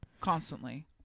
constantly